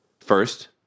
first